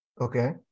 Okay